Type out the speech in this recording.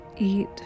Eat